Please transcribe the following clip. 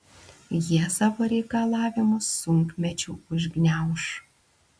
jie savo reikalavimus sunkmečiu užgniauš